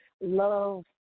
Love